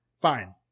Fine